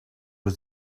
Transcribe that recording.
was